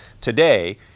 today